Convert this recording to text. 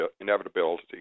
inevitability